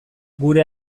gure